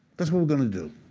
that's what we're going to do.